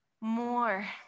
more